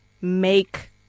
make